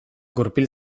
gurpil